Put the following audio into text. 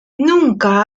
nunca